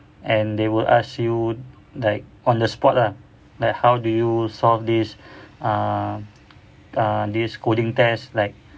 and they will ask you like on the spot lah like how do you solve this ah ah this coding test like